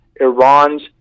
Iran's